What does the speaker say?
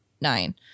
nine